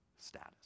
status